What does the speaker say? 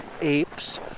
apes